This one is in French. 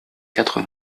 quatre